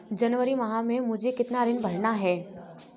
जनवरी माह में मुझे कितना ऋण भरना है?